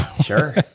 Sure